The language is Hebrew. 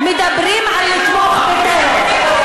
מדברים על לתמוך בטרור.